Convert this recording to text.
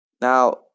Now